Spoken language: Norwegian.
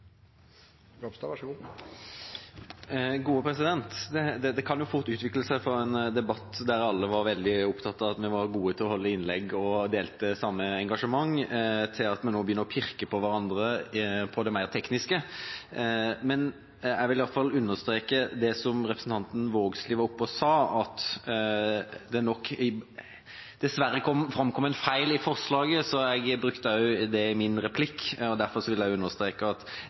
Det kan fort utvikle seg fra en debatt der alle var veldig opptatt av at vi var gode til å holde innlegg og delte samme engasjement, til at vi nå begynner å pirke på hverandre på det mer tekniske. Men jeg vil iallfall understreke det som representanten Vågslid var oppe og sa, at det nok dessverre framkom en feil i forslaget. Jeg brukte også det i min replikk, og derfor vil jeg understreke at